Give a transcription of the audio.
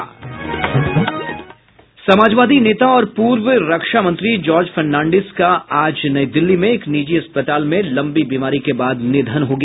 समाजवादी नेता और पूर्व रक्षा मंत्री जार्ज फर्नांडिस का आज नई दिल्ली में एक निजी अस्पताल में लंबी बीमारी के बाद निधन हो गया